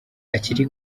akiri